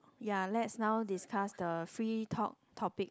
ya lets now discuss the free talk topic